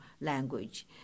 language